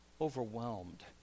Overwhelmed